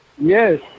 Yes